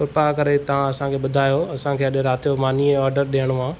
कृपा करे तव्हां असांखे ॿुधायो असांखे अॼु राति जो मानीअ जो ऑडर ॾियणु आहे